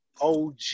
OG